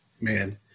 man